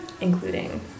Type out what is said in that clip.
including